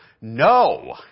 no